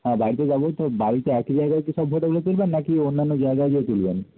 হ্যাঁ বাড়িতে যাব তো বাড়িতে একই জায়গায় কি সব ফটোগুলো তুলবেন না কি অন্যান্য জায়গায় গিয়ে তুলবেন